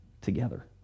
together